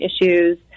issues